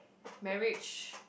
marriage